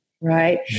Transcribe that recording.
Right